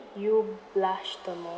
you blush the most